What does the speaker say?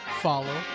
follow